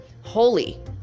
holy